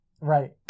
Right